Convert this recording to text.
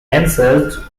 answered